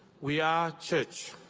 we are church.